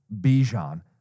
Bijan